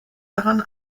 daran